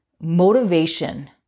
motivation